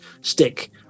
stick